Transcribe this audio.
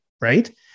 right